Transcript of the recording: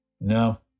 No